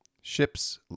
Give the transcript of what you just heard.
Ships